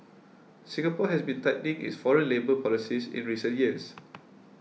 Singapore has been tightening its foreign labour policies in recent years